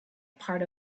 part